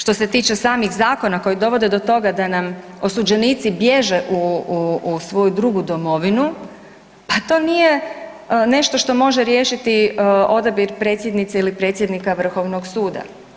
Što se tiče samih zakona koji dovode do toga da nam osuđenici bježe u svoju drugu domovinu, pa to nije nešto što može riješiti odabir predsjednice ili predsjednika Vrhovnog suda.